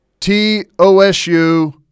TOSU